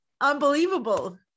unbelievable